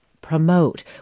promote